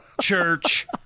Church